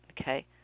Okay